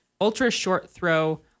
ultra-short-throw